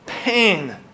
pain